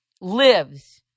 lives